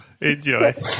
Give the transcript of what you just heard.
Enjoy